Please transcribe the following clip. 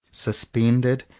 suspended,